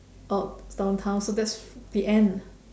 oh it's downtown so that's the end